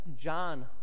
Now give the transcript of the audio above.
john